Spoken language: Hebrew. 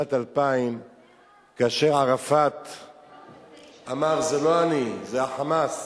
שבשנת 2000 ערפאת אמר: זה לא אני, זה ה"חמאס".